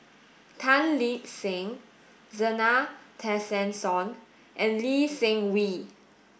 Tan Lip Seng Zena Tessensohn and Lee Seng Wee